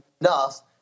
enough